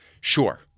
Sure